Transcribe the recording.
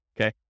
okay